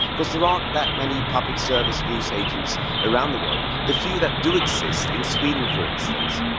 because there aren't that many public service news agencies around the world. the few that do exist, in sweden for instance,